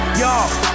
Y'all